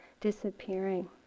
disappearing